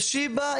בשיבא,